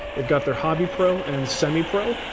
they've got their hobby pro and semi pro,